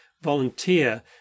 volunteer